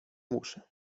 muszę